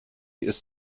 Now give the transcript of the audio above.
ist